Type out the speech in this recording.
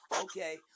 Okay